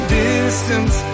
distance